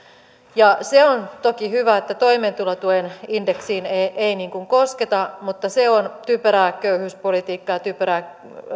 se on toki hyvä että toimeentulotuen indeksiin ei kosketa mutta se on typerää köyhyyspolitiikkaa ja typerää